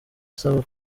asaba